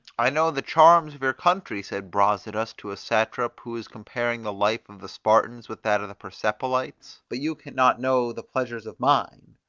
i know the charms of your country, said brasidas to a satrap who was comparing the life of the spartans with that of the persepolites but you can not know the pleasures of mine.